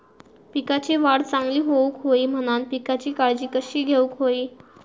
पिकाची वाढ चांगली होऊक होई म्हणान पिकाची काळजी कशी घेऊक होई?